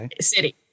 City